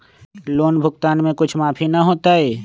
Loan भुगतान में कुछ माफी न होतई?